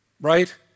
Right